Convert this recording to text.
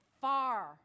far